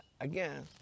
again